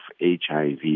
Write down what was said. HIV